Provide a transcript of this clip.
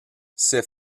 ses